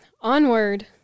Onward